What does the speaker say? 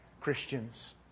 Christians